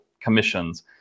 commissions